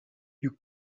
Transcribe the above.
you